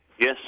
Yes